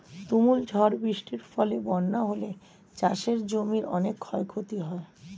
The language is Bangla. তুমুল ঝড় বৃষ্টির ফলে বন্যা হলে চাষের জমির অনেক ক্ষতি হয়